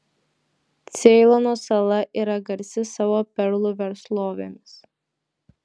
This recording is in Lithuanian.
ceilono sala yra garsi savo perlų verslovėmis